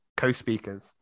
co-speakers